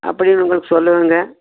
அப்படினு உங்களுக்கு சொல்லுவேங்க